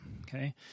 Okay